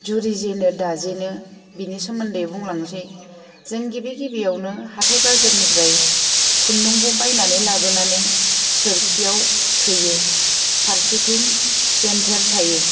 जुरिजेनो दाजेनो बिनि सोमोन्दै बुंलांनोसै जों गिबि गिबियावनो हाथाइ बाजारनिफ्राय खुन्दुंखौ बायनानै लाबोनानै सोरखियाव सोयो फारसेथिं जेनथेर थायो